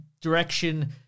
direction